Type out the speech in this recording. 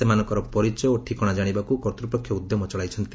ସେମାନନଙ୍କର ପରିଚୟ ଓ ଠିକଣା ଜାଣିବାକୁ କର୍ତ୍ତୃପକ୍ଷ ଉଦ୍ୟମ ଚଳାଇଛନ୍ତି